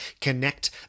connect